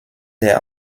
der